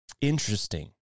interesting